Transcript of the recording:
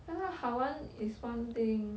ya lah 好玩 is one thing